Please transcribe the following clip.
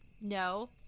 No